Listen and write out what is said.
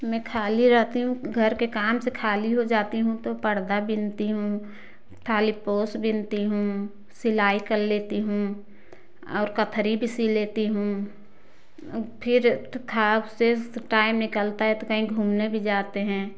मैं खाली रहती हूँ घर के काम से खाली हो जाती हूँ तो पर्दा बिनती हूँ थाली पोस बिनती हूँ सिलाई कर लेती हूँ और कथरी भी सील लेती हूँ फ़िर थकान से शेष टाइम निकलता है तो घूमने भी जाते है